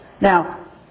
Now